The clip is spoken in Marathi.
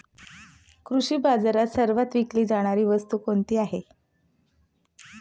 कृषी बाजारात सर्वात विकली जाणारी वस्तू कोणती आहे?